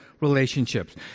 relationships